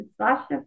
Sasha